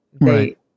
Right